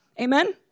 Amen